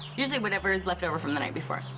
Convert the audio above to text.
usually whatever is left over from the night before.